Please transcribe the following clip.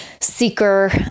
seeker